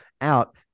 out